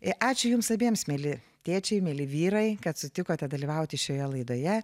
ir ačiū jums abiems mieli tėčiai mieli vyrai kad sutikote dalyvauti šioje laidoje